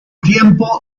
tiempo